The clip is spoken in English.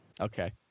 Okay